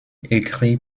écrit